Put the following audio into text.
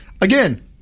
again